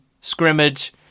scrimmage